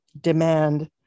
demand